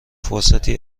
فرصتی